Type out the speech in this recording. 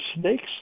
snakes